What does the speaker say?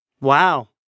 Wow